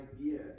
idea